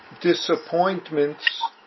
disappointments